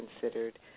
considered